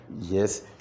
yes